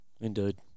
Indeed